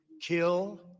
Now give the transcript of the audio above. kill